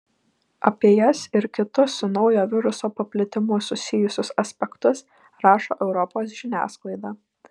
apie jas ir kitus su naujo viruso paplitimu susijusius aspektus rašo europos žiniasklaida